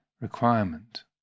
requirement